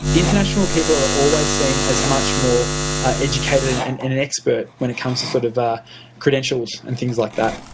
international people are always seen as much more educated and and and an expert when it comes to sort of ah credentials and things like that.